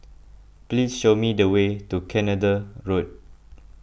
please show me the way to Canada Road